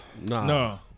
No